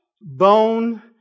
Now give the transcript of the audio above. Bone